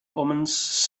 omens